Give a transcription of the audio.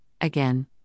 again